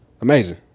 Amazing